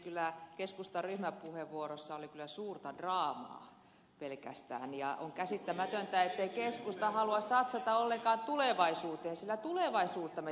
kyllä keskustan ryhmäpuheenvuorossa oli suurta draamaa pelkästään ja on käsittämätöntä ettei keskusta halua satsata ollenkaan tulevaisuuteen sillä tulevaisuutta me tässä luomme